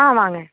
ஆ வாங்க